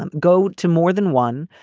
um go to more than one.